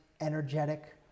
energetic